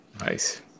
Nice